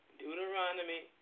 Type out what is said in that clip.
Deuteronomy